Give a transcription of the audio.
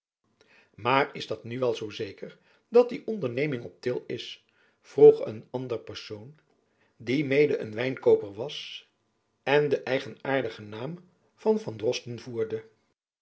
maar is dat nu wel zoo zeker dat die onderneming op til is vroeg een ander persoon die mede een wijnkooper was en den eigenaardigen naam van van dorsten voerde